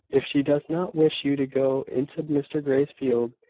if she does not wish you to go into mr grey's field,